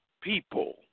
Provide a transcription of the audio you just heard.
people